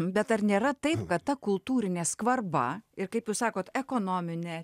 bet ar nėra taip kad ta kultūrinė skvarba ir kaip jūs sakot ekonominė